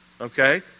Okay